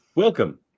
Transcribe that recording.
welcome